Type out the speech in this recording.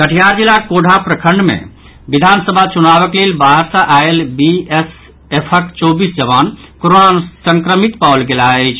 कटिहार जिलाक कोढ़ा प्रखंड मे विधानसभा चुनावक लेल बाहर सँ आयल बीएसएफक चौबीस जवान कोरोना संक्रमित पाओल गेलाह अछि